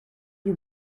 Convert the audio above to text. you